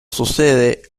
sucede